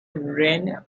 ran